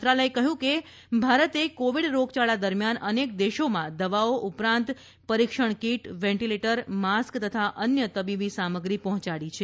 મંત્રાલયે કહ્યું કે ભારતે કોવિડ રોગયાળા દરમિયાન અનેક દેશોમાં દવાઓ ઉપરાંત પરીક્ષણ કીટ વેન્ટીલેટર માસ્ક ગ્લોવ તથા અન્ય તબીબી સામગ્રી પહોંચાડી છે